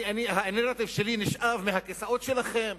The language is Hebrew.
הנרטיב שלי נשאב מהכיסאות שלכם?